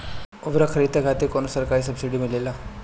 उर्वरक खरीदे खातिर कउनो सरकारी सब्सीडी मिलेल?